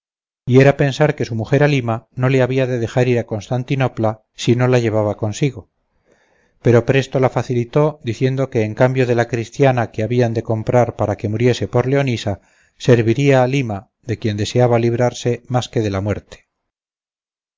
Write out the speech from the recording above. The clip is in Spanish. y era pensar que su mujer halima no le había de dejar ir a constantinopla si no la llevaba consigo pero presto la facilitó diciendo que en cambio de la cristiana que habían de comprar para que muriese por leonisa serviría halima de quien deseaba librarse más que de la muerte